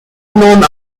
known